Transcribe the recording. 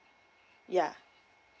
yeah